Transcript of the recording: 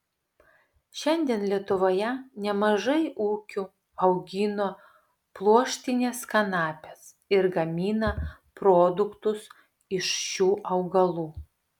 šiandien lietuvoje nemažai ūkių augina pluoštines kanapes ir gamina produktus iš šių augalų